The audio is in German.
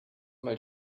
mal